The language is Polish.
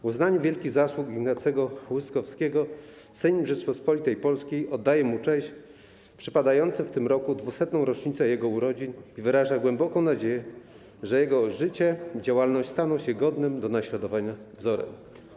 W uznaniu wielkich zasług Ignacego Łyskowskiego Sejm Rzeczypospolitej Polskiej oddaje mu cześć w przypadającą w tym roku 200. rocznicę jego urodzin i wyraża głęboką nadzieję, że jego życie i działalność staną się godnym do naśladowania wzorem”